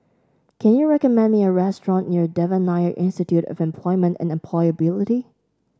can you recommend me a restaurant near Devan Nair Institute of Employment and Employability